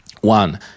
One